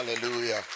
hallelujah